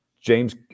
James